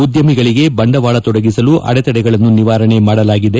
ಉದ್ದಮಿಗಳಿಗೆ ಬಂಡವಾಳ ತೊಡಗಿಸಲು ಅಡೆತಡೆಗಳನ್ನು ನಿವಾರಣೆ ಮಾಡಲಾಗಿದೆ